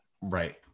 Right